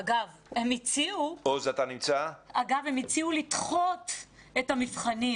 אגב, הרשות להגנת הפרטיות הציעו לדחות את המבחנים